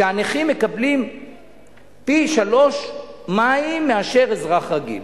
שהנכים מקבלים פי-שלושה מים מאשר אזרח רגיל.